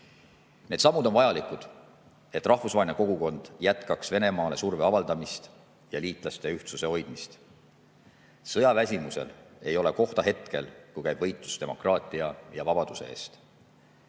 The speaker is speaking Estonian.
Need sammud on vajalikud, et rahvusvaheline kogukond jätkaks Venemaale surve avaldamist ja liitlaste ühtsuse hoidmist. Sõjaväsimusele ei ole kohta hetkel, kui käib võitlus demokraatia ja vabaduse eest.